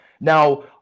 Now